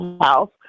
house